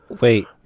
Wait